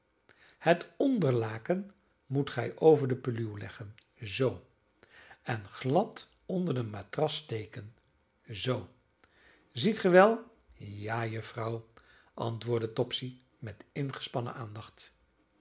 het onderlaken moet gij over de peluw leggen z en glad onder de matras steken z ziet ge wel ja juffrouw antwoordde topsy met ingespannen aandacht